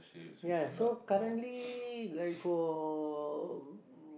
ya so currently like for